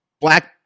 black